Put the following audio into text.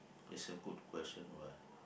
is a good question what